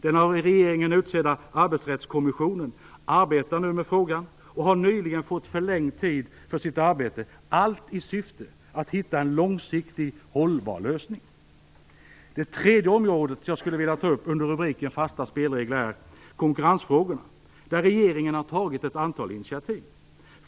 Den av regeringen utsedda arbetsrättskommissionen arbetar nu med frågan, och har nyligen fått förlängd tid för sitt arbete - allt i syfte att hitta en långsiktigt hållbar lösning. Det tredje område som jag skulle vilja ta upp under rubriken fasta spelregler är konkurrensfrågorna. Där har regeringen tagit ett antal initiativ.